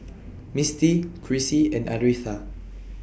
Misty Krissy and Aretha